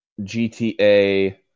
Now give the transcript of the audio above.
GTA